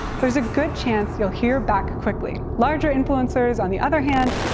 there's a good chance you'll hear back quickly. larger influencers, on the other hand,